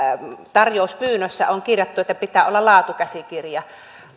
tarjouspyynnössä on kirjattu että pitää olla laatukäsikirja